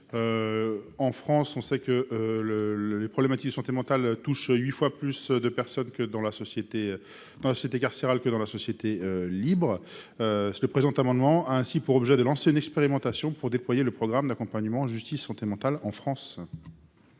En France, les problèmes de santé mentale touchent huit fois plus de personnes dans la société carcérale que dans la société libre. Le présent amendement a ainsi pour objet de lancer une expérimentation dans le but de déployer le programme d'accompagnement justice-santé mentale en France.